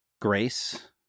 Grace